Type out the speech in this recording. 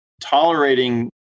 tolerating